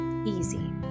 easy